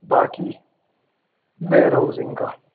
बाकी वेयरहाउज़िंग का